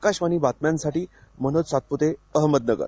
आकाशवाणी बातम्यांसाठी मनोज सातपूते अहमदनगर